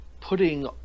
putting